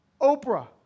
Oprah